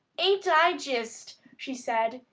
ain't i jist! she said,